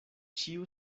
ĉiu